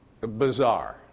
bizarre